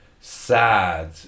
sad